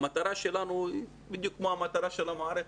המטרה שלנו היא בדיוק כמו המטרה של המערכת.